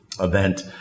event